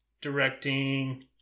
directing